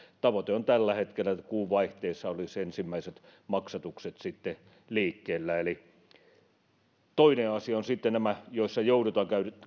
tavoite on tällä hetkellä että kuun vaihteessa olisivat ensimmäiset maksatukset sitten liikkeellä toinen asia on sitten nämä joissa joudutaan